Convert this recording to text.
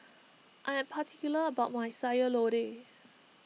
I am particular about my Sayur Lodeh